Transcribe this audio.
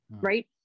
right